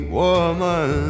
woman